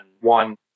One